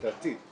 לדעתי,